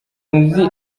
nzi